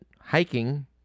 hiking